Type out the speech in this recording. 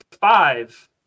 five